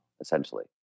essentially